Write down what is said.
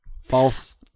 false